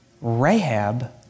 Rahab